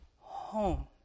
home